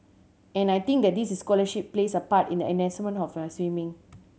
and I think that this scholarship plays a part in the enhancement of my swimming